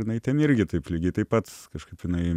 jinai ten irgi taip lygiai taip pats kažkaip jinai